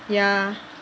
ya